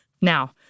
Now